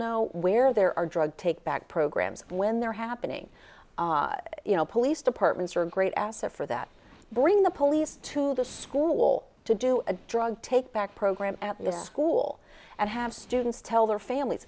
know where there are drug take back programs when they're happening you know police departments are a great asset for that bring the police to the school to do a drug take back program at the school and have students tell their families